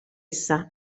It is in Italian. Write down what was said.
essa